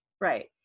Right